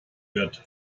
wirt